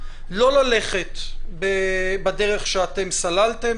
לא ללכת בדרך שאתם סללתם.